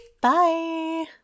Bye